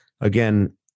again